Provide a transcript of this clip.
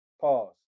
Pause